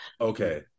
Okay